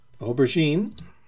Aubergine